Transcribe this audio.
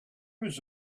was